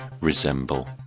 resemble